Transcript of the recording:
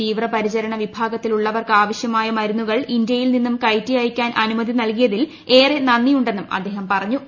തീവ്രപരിചരണ വിഭാഗത്തിലുള്ളവർക്കാവശ്യമായ മരുന്നുകൾ ഇന്ത്യയിൽനിന്നും കയറ്റി അയയ്ക്കാൻ അനുമതി നൽകിയതിൽ ഏറെ നന്ദിയുണ്ടെന്നും അദ്ദേഹം പറഞ്ഞു